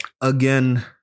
Again